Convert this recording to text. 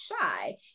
shy